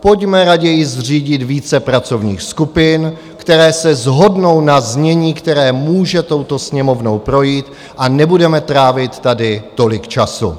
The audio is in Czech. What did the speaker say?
Pojďme raději zřídit více pracovních skupin, které se shodnou na znění, které může touto Sněmovnou projít, a nebudeme trávit tady tolik času.